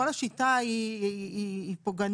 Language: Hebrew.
כל השיטה היא פוגענית,